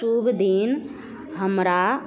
शुभ दिन हमरा